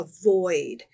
avoid